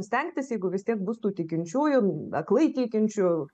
stengtis jeigu vis tiek bus tų tikinčiųjų aklai tikinčių